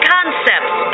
Concepts